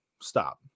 stop